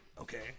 okay